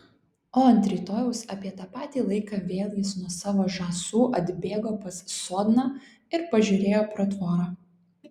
o ant rytojaus apie tą patį laiką vėl jis nuo savo žąsų atbėgo pas sodną ir pažiūrėjo pro tvorą